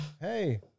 Hey